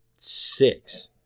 six